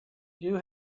you